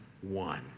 one